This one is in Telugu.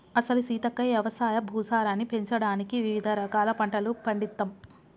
అసలు సీతక్క యవసాయ భూసారాన్ని పెంచడానికి వివిధ రకాల పంటలను పండిత్తమ్